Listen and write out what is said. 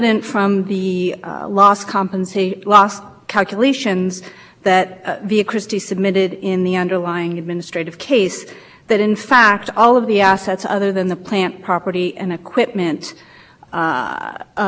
francis were transferred consolidated with st joseph to create fear christie and those assets were valued at two hundred twenty almost two hundred twenty two million dollars and again these are the figures that saint francis and be a